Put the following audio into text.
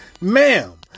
Ma'am